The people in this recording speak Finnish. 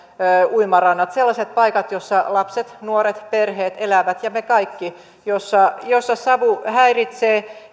uimarannoille sellaisille paikoille joissa lapset nuoret perheet ja me kaikki elämme joissa savu häiritsee